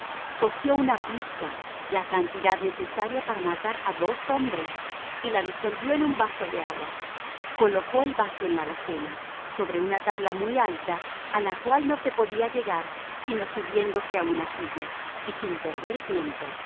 cogió una pizca la cantidad necesaria para matar a dos hombres y la disolvió en un vaso de agua colocó el vaso en la alacena sobre una tabla muy alta a la cual no se podía llegar sino subiéndose a una silla y sin perder tiempo